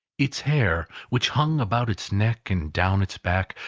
its hair, which hung about its neck and down its back,